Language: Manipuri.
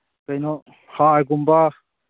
ꯀꯩꯅꯣ ꯍꯥꯔꯒꯨꯝꯕ